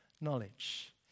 knowledge